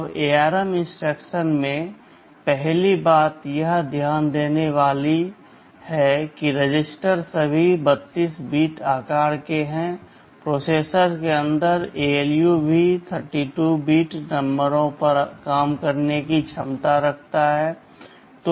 अब ARM instruction में पहली बात यह ध्यान देने की है कि रजिस्टर सभी 32 बिट आकार के हैं प्रोसेसर के अंदर ALU भी 32 बिट नंबरों पर काम करने की क्षमता रखता है